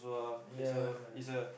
yeah